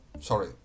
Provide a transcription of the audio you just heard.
sorry